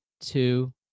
two